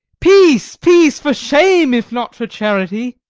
peace, peace, for shame, if not for charity.